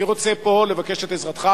אני רוצה לבקש פה את עזרתך,